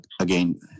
Again